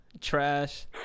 trash